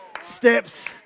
steps